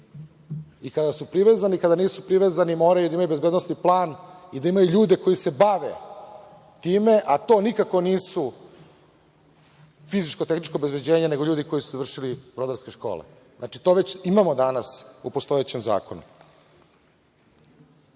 i kada su privezani i kada nisu privezani moraju da imaju bezbednosni plan i da imaju ljude koji se bave time, a to nikako nije fizičko-tehničko obezbeđenje, nego ljudi koji su završili brodarske škole. Znači, to već imamo danas u postojećem